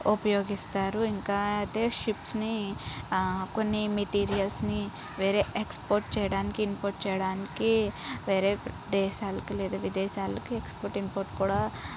ఉపయోగిస్తారు ఇంకా అయితే షిప్స్ని కొన్ని మెటీరియల్స్ని వేరే ఎక్స్పోర్ట్ చేయడానికి ఇంపోర్ట్ చేయడానికి వేరే దేశాలకి లేదా విదేశాలకి ఎక్స్పోర్ట్ ఇంపోర్ట్ కూడా